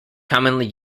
commonly